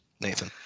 Nathan